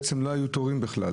בעצם לא היו תורים בכלל.